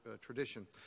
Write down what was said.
tradition